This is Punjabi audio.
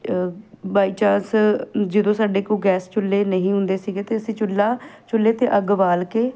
ਬਾਈ ਚਾਂਸ ਜਦੋਂ ਸਾਡੇ ਕੋਲ ਗੈਸ ਚੁੱਲੇ ਨਹੀਂ ਹੁੰਦੇ ਸੀਗੇ ਅਤੇ ਅਸੀਂ ਚੁੱਲਾ ਚੁੱਲੇ 'ਤੇ ਅੱਗ ਬਾਲ ਕੇ